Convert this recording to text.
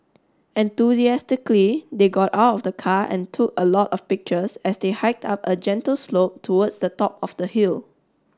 enthusiastically they got out of the car and took a lot of pictures as they hiked up a gentle slope towards the top of the hill